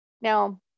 Now